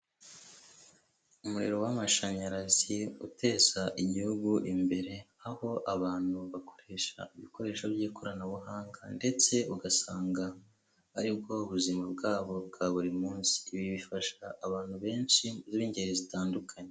Umuriro w'amashanyarazi uteza igihugu imbere, aho abantu bakoresha ibikoresho by'ikoranabuhanga ndetse ugasanga ari bwo buzima bwabo bwa buri munsi, ibi bifasha abantu benshi b'ingeri zitandukanye.